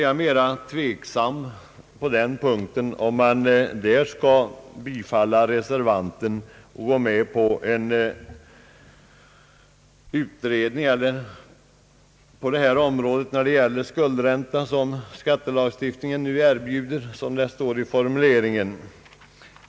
Under punkten begärs utredning av frågan om en begränsning av de möjligheter till avdrag för skuldränta som skattelagstiftningen nu erbjuder.